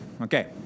Okay